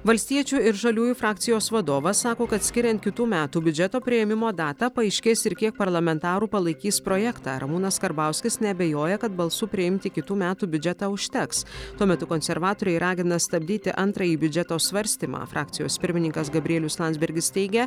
valstiečių ir žaliųjų frakcijos vadovas sako kad skiriant kitų metų biudžeto priėmimo datą paaiškės ir kiek parlamentarų palaikys projektą ramūnas karbauskis neabejoja kad balsų priimti kitų metų biudžetą užteks tuo metu konservatoriai ragina stabdyti antrąjį biudžeto svarstymą frakcijos pirmininkas gabrielius landsbergis teigia